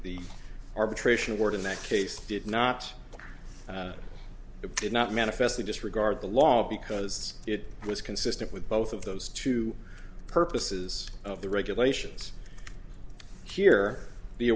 the arbitration work in that case did not did not manifestly disregard the law because it was consistent with both of those two purposes of the regulations here the